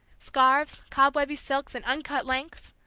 scarves, cobwebby silks in uncut lengths,